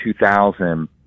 2000